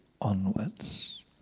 onwards